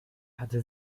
hatte